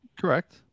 Correct